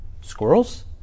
Squirrels